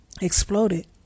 exploded